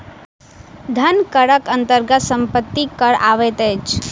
धन करक अन्तर्गत सम्पत्ति कर अबैत अछि